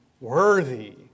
worthy